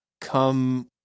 come